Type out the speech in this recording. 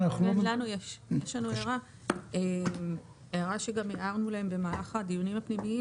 יש לנו הערה שהערנו גם במהלך הדיונים הפנימיים,